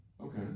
okay